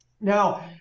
Now